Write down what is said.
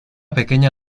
pequeña